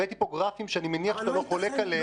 הראיתי פה גרפים שאני מניח שאתה לא חולק עליהם